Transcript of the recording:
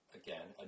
again